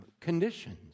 conditions